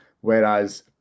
Whereas